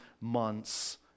months